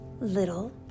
little